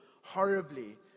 horribly